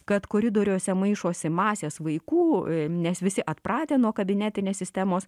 kad koridoriuose maišosi masės vaikų nes visi atpratę nuo kabinetinės sistemos